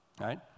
Right